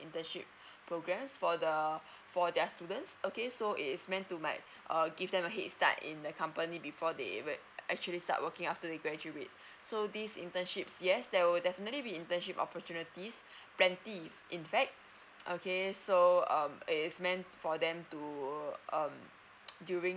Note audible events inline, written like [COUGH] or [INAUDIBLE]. internship program for the for their students okay so it is meant to like err give them a head start in the company before they actually start working after they graduate so these internships yes there will definitely be internship opportunities plenty if in fact okay so um it's meant for them to um [NOISE] during